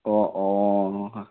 অঁ অঁ